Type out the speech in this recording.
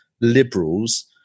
liberals